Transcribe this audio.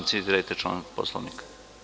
Citirajte član Poslovnika?